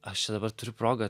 aš čia dabar turiu progą